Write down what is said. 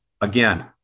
again